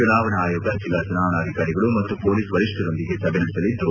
ಚುನಾವಣಾ ಆಯೋಗ ಜಿಲ್ಲಾ ಚುನಾವಣಾಧಿಕಾರಿಗಳು ಮತ್ತು ಮೊಲೀಸ್ ವರಿಷ್ಠರೊಂಗಿದೆ ಸಭೆ ನಡೆಸಲಿದ್ದು